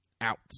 out